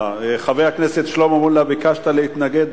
חבר הכנסת שלמה מולה, ביקשת להתנגד.